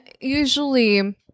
usually